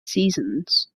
seasons